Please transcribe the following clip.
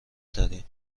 ترین